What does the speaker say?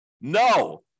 No